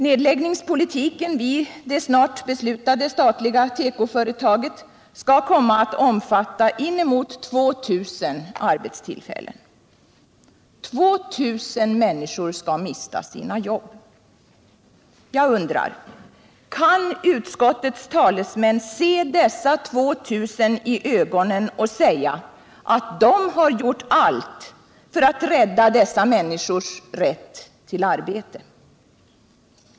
Nedläggningspolitiken vid det snart beslutade statliga tekoföretaget skall komma att omfatta inemot 2 000 arbetstillfällen. 2000 människor skall mista sina jobb. Jag undrar: Kan utskottets talesmän se dessa 2 000 i ögonen och säga att man har gjort allt för att rädda dessa människors rätt till arbete?